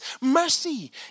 mercy